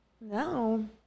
No